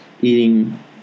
eating